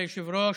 כבוד היושבת-ראש,